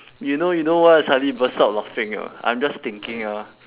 you know you know why I suddenly burst out laughing or not I'm just thinking ah